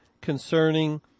concerning